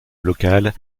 locale